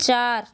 চার